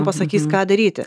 pasakys ką daryti